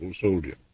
soldier